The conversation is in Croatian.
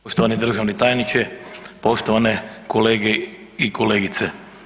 Poštovani državni tajniče, poštovane kolege i kolegice.